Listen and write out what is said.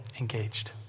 Engaged